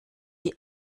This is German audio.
die